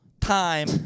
time